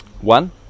one